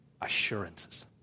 assurances